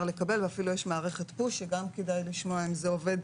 לקבל ואף יש מערכת פוש שגם כדאי לשמוע אם זה עובד,